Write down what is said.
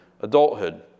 adulthood